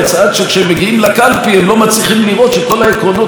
עד שכשהם מגיעים לקלפי הם לא מצליחים לראות שכל העקרונות האלה,